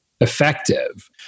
effective